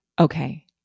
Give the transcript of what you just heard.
Okay